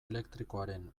elektrikoaren